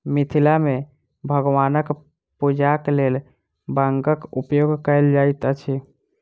मिथिला मे भगवानक पूजाक लेल बांगक उपयोग कयल जाइत अछि